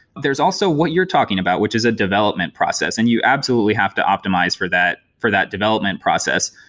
there's also what you're talking about, which is a development process, and you absolutely have to optimize for that for that development process.